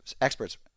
experts